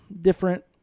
different